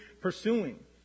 pursuing